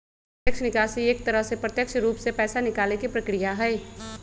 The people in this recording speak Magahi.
प्रत्यक्ष निकासी एक तरह से प्रत्यक्ष रूप से पैसा निकाले के प्रक्रिया हई